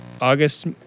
August